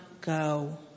go